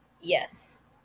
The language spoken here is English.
Yes